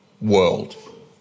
world